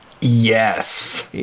Yes